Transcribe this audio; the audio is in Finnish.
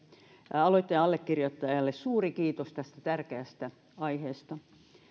aloitteen allekirjoittajille suuri kiitos tästä tärkeästä aiheesta